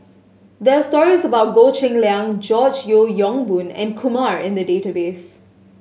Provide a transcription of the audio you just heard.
there are stories about Goh Cheng Liang George Yeo Yong Boon and Kumar in the database